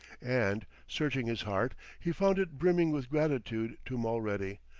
and, searching his heart, he found it brimming with gratitude to mulready,